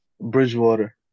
bridgewater